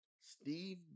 Steve